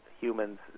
humans